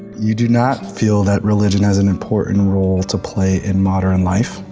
you do not feel that religion has an important role to play in modern life.